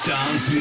Dance